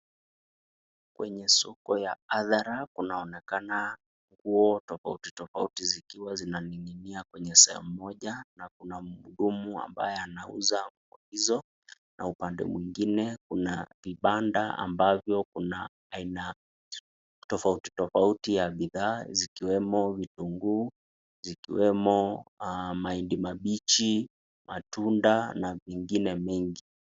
Kwenye soko ya hadhara, kunaonekana nguo tofauti tofauti zikiwa zinamiminia kwenye sehemu moja, na kuna mhudumu ambahe anauza nguo hizo na pande nyingine kuna vibanda ambavyo aina tofauti tofauti za bidhaa zikiwemo vitunguu, zikowemo mahindi mabichi, matunda na vingine mengi.